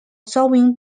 solving